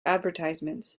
advertisements